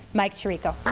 mike tirico.